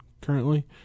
currently